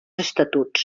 estatuts